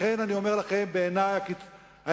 לכן אני אומר לכם שבעיני ההסכמים